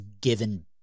given